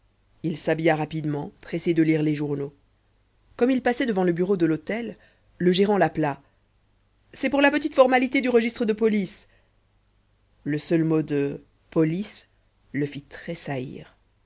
il s'habilla rapidement pressé de lire les journaux comme il passait devant le bureau de l'hôtel le gérant l'appela c'est pour la petite formalité du registre de police le seul mot de police le fit